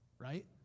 right